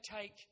take